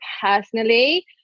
personally